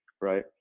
right